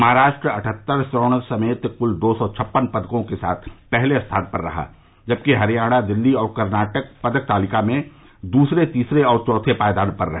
महाराष्ट्र अठहत्तर स्वर्ण समेत कुल दो सौ छप्पन पदकों के साथ पहले स्थान पर रहा जबकि हरियाणा दिल्ली और कर्नाटक पदक तालिका में दूसरे तीसरे और चौथे पायदान पर रहे